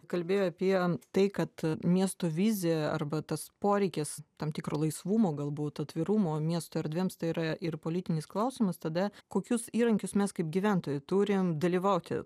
kalbėjai apie tai kad miesto vizija arba tas poreikis tam tikro laisvumo galbūt atvirumo miesto erdvėms tai yra ir politinis klausimas tada kokius įrankius mes kaip gyventojai turim dalyvauti